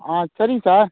ஆ சரிங் சார்